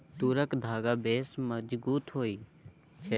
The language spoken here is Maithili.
तूरक धागा बेस मजगुत होए छै